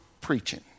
preaching